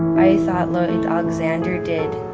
i thought lloyd alexander did,